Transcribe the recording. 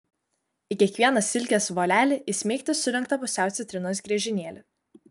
į kiekvieną silkės volelį įsmeigti sulenktą pusiau citrinos griežinėlį